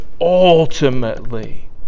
ultimately